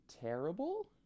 terrible